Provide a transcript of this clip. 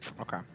Okay